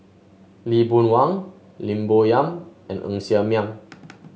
Lee Boon Wang Lim Bo Yam and Ng Ser Miang